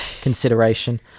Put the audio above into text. consideration